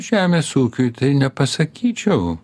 žemės ūkiui tai nepasakyčiau